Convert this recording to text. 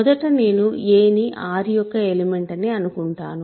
మొదట నేను a ని R యొక్క ఎలిమెంట్ అని అనుకుంటాను